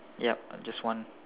yup I just one